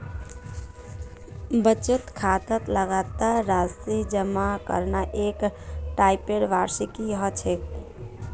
बचत खातात लगातार राशि जमा करना एक टाइपेर वार्षिकी ह छेक